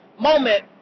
moment